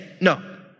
No